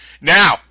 Now